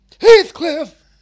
Heathcliff